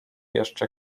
jeszcze